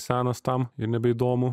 senas tam ir nebeįdomu